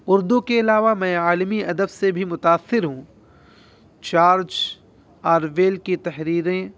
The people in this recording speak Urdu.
اردو کے علاوہ میں عالمی ادب سے بھی متاثر ہوں چارج آرویل کی تحریریں